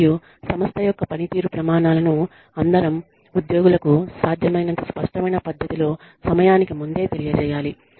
మరియు సంస్థ యొక్క పనితీరు ప్రమాణాలను అందరు ఉద్యోగులకు సాధ్యమైనంత స్పష్టమైన పద్ధతిలో సమయానికి ముందే తెలియజేయాలి